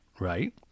right